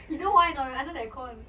you know why or not you under the aricon~